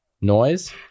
noise